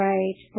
Right